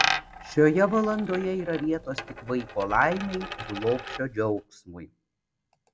šioje valandoje yra vietos tik vaiko laimei ir lopšio džiaugsmui